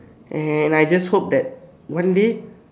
and I just hope that one day